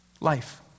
Life